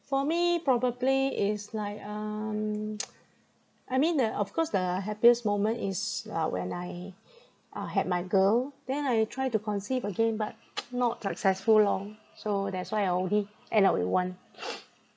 for me probably is like um I mean uh of course the happiest moment is uh when I uh had my girl then I try to conceive again but not successful lor so that's why I only end up with one